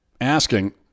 asking